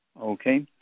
Okay